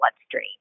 bloodstream